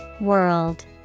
World